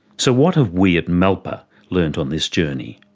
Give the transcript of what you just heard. so what have we at malpa learnt on this journey?